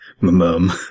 mum